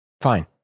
Fine